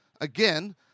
again